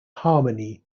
harmony